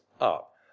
up